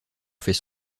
fait